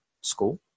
school